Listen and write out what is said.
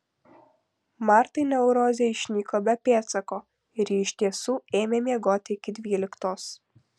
martai neurozė išnyko be pėdsako ir ji iš tiesų ėmė miegoti iki dvyliktos